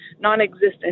non-existent